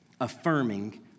affirming